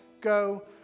go